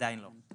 עדיין לא.